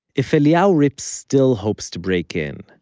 if eliyahu rips still hopes to break in,